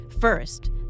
First